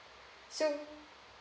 so